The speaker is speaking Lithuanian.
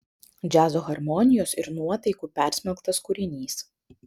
džiazo harmonijos ir nuotaikų persmelktas kūrinys